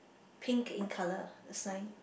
pink in colour the sign